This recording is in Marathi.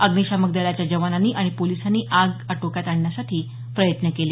अग्निशामक दलाच्या जवानांनी आणि पोलिसांनी आग आटोक्यात आणण्यासाठी प्रयत्न केले